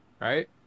Right